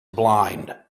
blind